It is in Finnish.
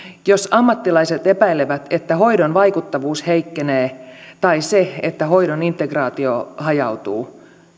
jos ammattilaiset epäilevät että hoidon vaikuttavuus heikkenee tai että hoidon integraatio hajautuu